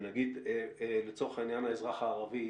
ונגיד לצורך העניין האזרח הערבי,